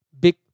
big